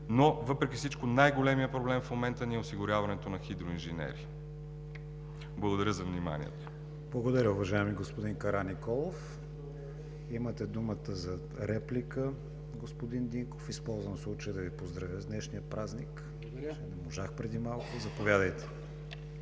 но въпреки всичко, най-големият проблем в момента ни е осигуряването на хидроинженери. Благодаря за вниманието. ПРЕДСЕДАТЕЛ КРИСТИАН ВИГЕНИН: Благодаря, уважаеми господин Караниколов. Имате думата за реплика, господин Динков. Използвам случая да Ви поздравя с днешния празник, не можах преди малко. НИКОЛА